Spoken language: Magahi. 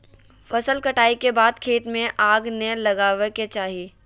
फसल कटाई के बाद खेत में आग नै लगावय के चाही